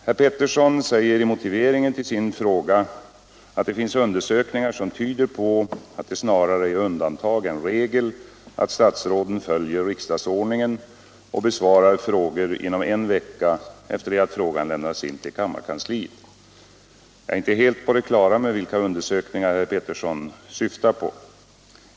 Herr Pettersson säger i motiveringen till sin fråga att det finns undersökningar som tyder på att det snarare är undantag än regel att statsråden följer riksdagsordningen och besvarar frågor inom en vecka efter det att frågan lämnades in till kammarkansliet. Jag är inte helt på det klara med vilka undersökningar herr Pettersson syftar på.